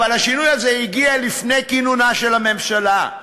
אבל השינוי הזה הגיע לפני כינונה של הממשלה,